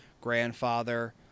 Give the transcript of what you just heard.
grandfather